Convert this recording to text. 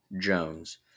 Jones